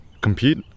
compete